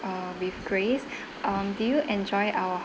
uh with grace um do you enjoy our